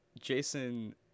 Jason